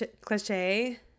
cliche